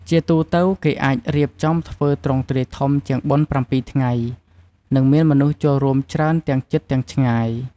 ជាទូទៅ គេអាចរៀបចំធ្វើ ទ្រង់ទ្រាយធំជាងបុណ្យប្រាំពីរថ្ងៃ និងមានមនុស្សចូលរួមច្រើនទាំងជិតទាំងឆ្ងាយ។